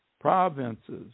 provinces